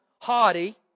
haughty